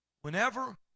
whenever